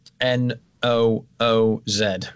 N-O-O-Z